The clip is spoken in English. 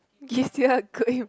give